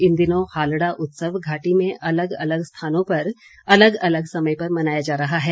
इन दिनों हालड़ा उत्सव घाटी में अलग अलग स्थानों पर अलग अलग समय मनाया जा रहा है